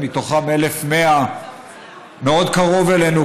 מתוכם 1,100 מאוד קרוב אלינו,